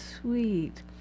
sweet